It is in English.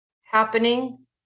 Happening